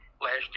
last